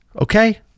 okay